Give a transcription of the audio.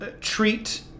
treat